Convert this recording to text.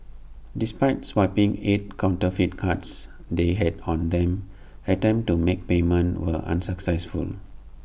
despite swiping eight counterfeit cards they had on them attempts to make payment were unsuccessful